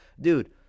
dude